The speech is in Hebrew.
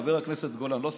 חבר הכנסת גולן, לא סיפוח.